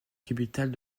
capitale